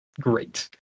great